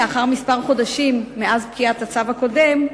לאחר כמה חודשים מאז פקיעת הצו הקודם,